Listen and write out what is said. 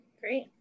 Great